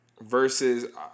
Versus